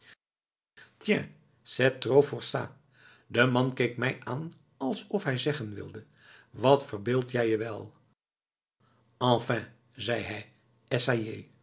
c'est trop fort ça de man keek mij aan alsof hij zeggen wilde wat verbeeld jij je wel enfin zei hij essayez